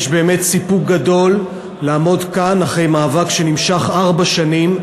יש באמת סיפוק גדול לעמוד כאן אחרי מאבק שנמשך ארבע שנים,